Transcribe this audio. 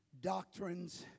doctrines